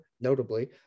notably